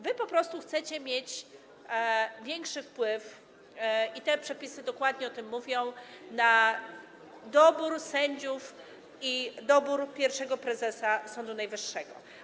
Wy po prostu chcecie mieć większy wpływ - i te przepisy dokładnie o tym mówią - na dobór sędziów i dobór pierwszego prezesa Sądu Najwyższego.